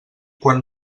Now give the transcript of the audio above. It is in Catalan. quan